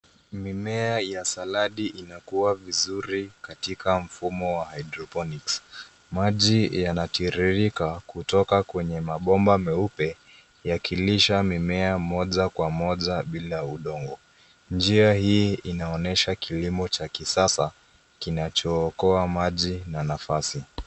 Mimea ya saladi inakua vizuri katika mfuo wa hydroponics . Maji yanatiririka kutoka kwenye mabomba meupe yakilisha mimea moja kwa moja bila udongo. Njia hii inaonyesha kilimo cha kisasa kinachookoa maji na nafasi.